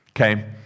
okay